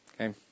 Okay